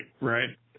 right